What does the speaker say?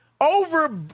over